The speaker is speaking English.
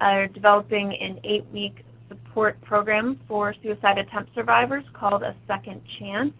are developing an eight week support program for suicide attempt survivors called a second chance.